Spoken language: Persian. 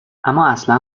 امااصلا